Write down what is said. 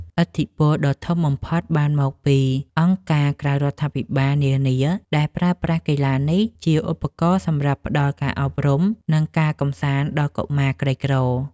ឥទ្ធិពលដ៏ធំបំផុតបានមកពីអង្គការក្រៅរដ្ឋាភិបាលនានា ដែលប្រើប្រាស់កីឡានេះជាឧបករណ៍សម្រាប់ផ្ដល់ការអប់រំ និងការកម្សាន្តដល់កុមារក្រីក្រ។